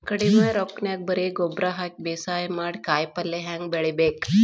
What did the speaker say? ಕಡಿಮಿ ರೊಕ್ಕನ್ಯಾಗ ಬರೇ ಗೊಬ್ಬರ ಹಾಕಿ ಬೇಸಾಯ ಮಾಡಿ, ಕಾಯಿಪಲ್ಯ ಹ್ಯಾಂಗ್ ಬೆಳಿಬೇಕ್?